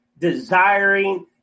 desiring